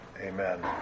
Amen